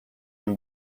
این